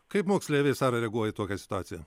kaip moksleiviai sara reaguoja į tokią situaciją